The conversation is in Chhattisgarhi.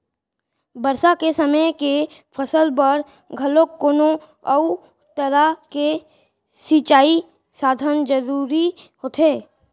बरसा के समे के फसल बर घलोक कोनो अउ तरह के सिंचई साधन जरूरी होथे